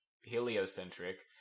heliocentric